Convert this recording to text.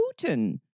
Putin